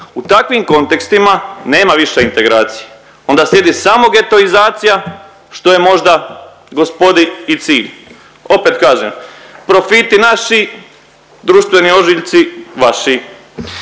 u takvim kontekstima nema više integracije onda slijedi samo getoizacija što je možda gospodi i cilj. Opet kažem profiti naši, društveni ožiljci vaši.